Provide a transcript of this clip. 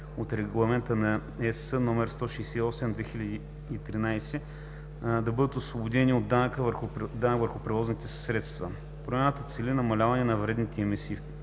от Регламент (ЕС) № 168/2013, да бъдат освободени от данък върху превозните средства. Промяната цели намаляване на вредните емисии